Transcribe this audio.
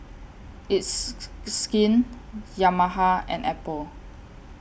It's Skin Yamaha and Apple